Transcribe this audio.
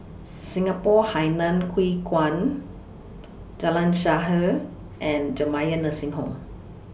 Singapore Hainan Hwee Kuan Jalan Shaer and Jamiyah Nursing Home